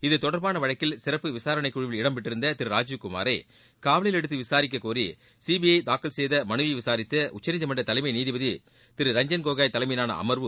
இத்தொடர்பான வழக்கில் சிறப்பு விசாரணைக்குழுவில் இடம்பெற்றிருந்த திரு ராஜீவ்குமாரை காவலில் எடுத்து விசாரிக்கக் கோரி சிபிஐ தாக்கல் செய்த மனுவை விசாரித்த உச்சநீதிமன்ற தலைமை நீதிபதி ரஞ்சன் கோகோய் தலைமையிலான அமர்வு